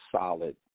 solid